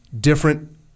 different